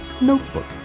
notebook